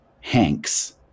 Hanks